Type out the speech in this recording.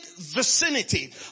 vicinity